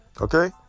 okay